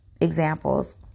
examples